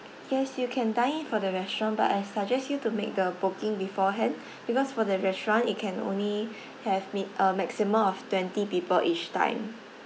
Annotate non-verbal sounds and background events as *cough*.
yes you can dine in for the restaurant but I suggest you to make the booking beforehand *breath* because for the restaurant it can only *breath* have mi~ a maximum of twenty people each time